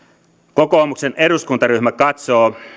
kokoomuksen eduskuntaryhmä katsoo